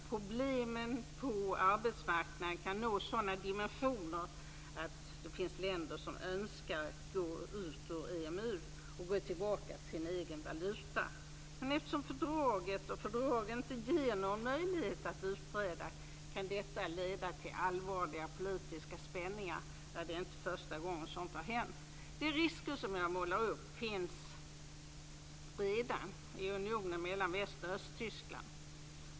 Problemen på arbetsmarknaden kan få sådana dimensioner att en del länder önskar gå ut ur EMU och återvända till den egna valutan. Men eftersom fördragen inte ger någon möjlighet att utträda, kan detta leda till allvarliga politiska spänningar. Det är inte första gången som sådant har hänt. De risker som jag målar upp finns redan i unionen mellan västra och östra Tyskland.